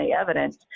evidence